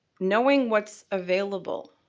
knowing what's available.